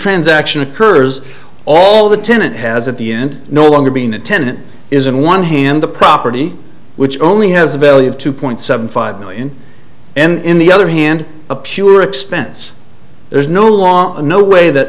transaction occurs all the tenant has at the end no longer being a tenant is in one hand the property which only has a value of two point seven five million and in the other hand a pure expense there's no law no way that